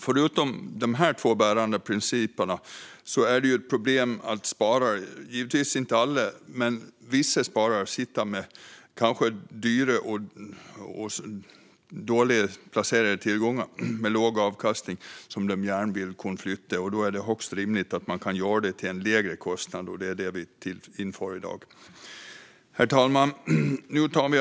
Förutom dessa två bärande principer är det ett problem att en del sparare sitter med dåliga placeringar med låg avkastning. Då är det högst rimligt att de ska kunna flytta dem till en lägre kostnad, vilket vi möjliggör i dag. Herr talman!